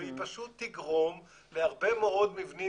והיא פשוט תגרום להרבה מאוד מבנים